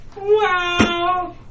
Wow